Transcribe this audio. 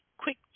quick